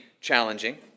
challenging